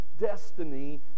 destiny